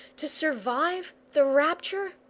to survive the rapture?